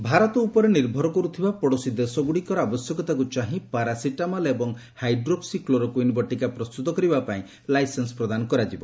medicine Bharat ଉପରେ ନିର୍ଭର କରୁଥିବା ପଡ଼ୋଶୀ ଦେଶଗୁଡ଼ିକର ଆବଶ୍ୟକତାକୁ ଚାହିଁ ପାରାସିଟାମଲ୍ ଏବଂ ହାଇଡ୍ରୋକ୍ସି କ୍ଲୋରୋକୁଇନ୍ ବଟିକା ପ୍ରସ୍ତୁତ କରିବା ପାଇଁ ଲାଇସେନ୍ସ ପ୍ରଦାନ କରାଯିବ